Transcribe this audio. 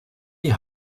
die